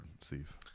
Steve